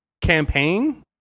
campaign